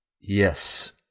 Yes